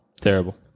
Terrible